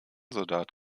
soldat